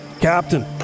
Captain